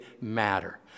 matter